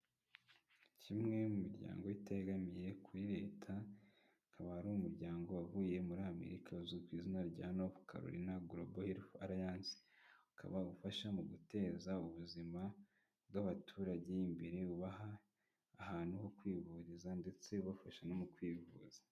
Kimwe mu miryango itegamiye kuri leta akaba ari umuryango waguye muri amerika uzwi ku izina rya nock caroria grobal alliance ukaba ufasha mu guteza ubuzima bw'abaturage imbere bubaha ahantu ho kwivuriza ndetse ubafasha no mu kwivuza.